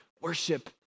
worship